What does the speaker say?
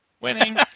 Winning